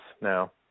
now